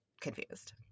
confused